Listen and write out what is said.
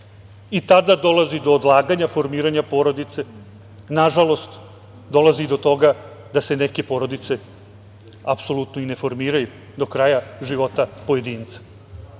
i tada dolazi do odlaganja formiranja porodice. Nažalost, dolazi i do toga da se neke porodice apsolutno i ne formiraju do kraja života pojedinca,